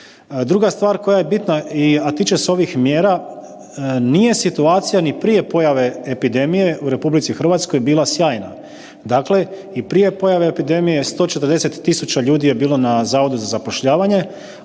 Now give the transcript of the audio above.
Druga stvar koje je bitna, a tiče se ovih mjera, nije situacija ni prije pojave epidemije u RH bila sjajna. Dakle, i prije pojave epidemije, 140 tisuća ljudi je bilo na Zavodu za zapošljavanje,